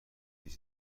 هیچ